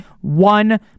one